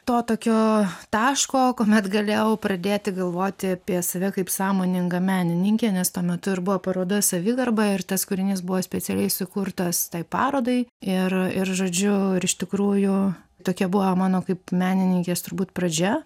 to tokio taško kuomet galėjau pradėti galvoti apie save kaip sąmoningą menininkę nes tuo metu ir buvo paroda savigarba ir tas kūrinys buvo specialiai sukurtas tai parodai ir ir žodžiu ir iš tikrųjų tokia buvo mano kaip menininkės turbūt pradžia